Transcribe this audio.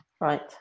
Right